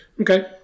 Okay